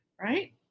right